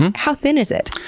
how thin is it?